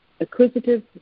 acquisitive